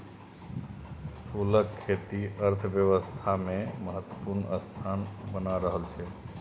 फूलक खेती अर्थव्यवस्थामे महत्वपूर्ण स्थान बना रहल छै